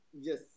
Yes